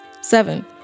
Seven